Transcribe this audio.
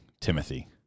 Timothy